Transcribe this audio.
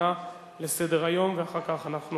6958,